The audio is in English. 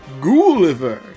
Gulliver